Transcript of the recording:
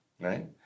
right